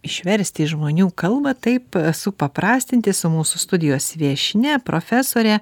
išversti į žmonių kalbą taip supaprastinti su mūsų studijos viešnia profesore